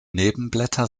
nebenblätter